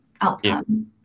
outcome